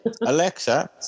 Alexa